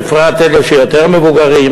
בפרט אלה שהם יותר מבוגרים,